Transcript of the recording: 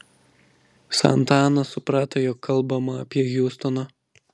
santa ana suprato jog kalbama apie hiustoną